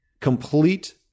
complete